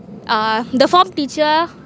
uh the form teacher